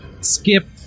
skip